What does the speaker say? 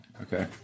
Okay